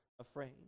afraid